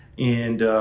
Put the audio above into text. and